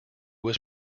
was